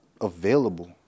available